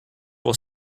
will